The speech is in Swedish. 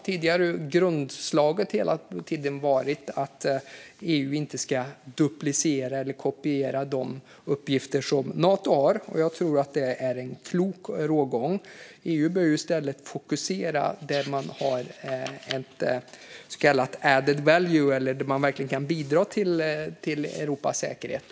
Tidigare har grunden varit att EU inte ska duplicera eller kopiera de uppgifter som Nato har, och jag tror att det är en klok rågång. EU bör i stället fokusera där man har ett så kallat added value och verkligen kan bidra till Europas säkerhet.